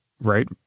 right